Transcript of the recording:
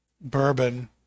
bourbon